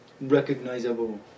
recognizable